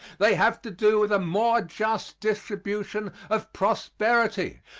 they have to do with a more just distribution of prosperity.